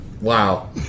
Wow